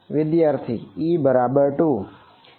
વિદ્યાર્થી e બરાબર 2